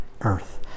earth